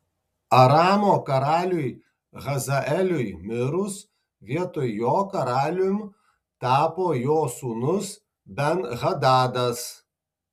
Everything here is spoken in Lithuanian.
aramo karaliui hazaeliui mirus vietoj jo karaliumi tapo jo sūnus ben hadadas